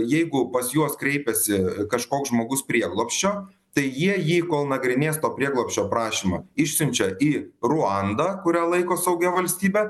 jeigu pas juos kreipiasi kažkoks žmogus prieglobsčio tai jie jį kol nagrinės to prieglobsčio prašymą išsiunčiau į ruandą kurią laiko saugia valstybe